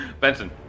Benson